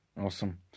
awesome